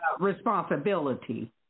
responsibility